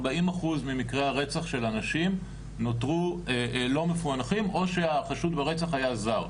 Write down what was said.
40% ממקרי הרצח של הנשים נותרו לא מפוענחים או שהחשוד ברצח היה זר.